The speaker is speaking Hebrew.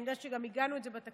אני יודעת שגם עיגנו את זה בתקנון,